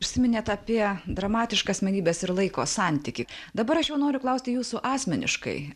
užsiminėt apie dramatišką asmenybės ir laiko santykį dabar aš jau noriu klausti jūsų asmeniškai